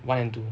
one and two